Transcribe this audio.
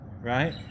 right